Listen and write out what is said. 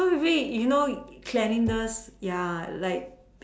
so maybe you know cleanliness ya like